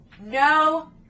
No